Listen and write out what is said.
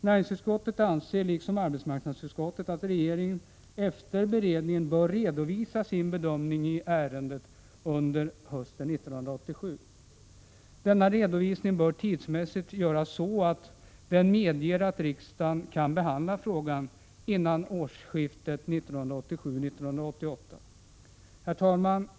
Näringsutskottet anser liksom arbetsmarknadsutskottet att regeringen efter beredning bör redovisa sin bedömning i ärendet under hösten 1987. Denna redovisning bör tidsmässigt göras så att den medger att riksdagen kan behandla frågan före årsskiftet 1987-1988. Herr talman!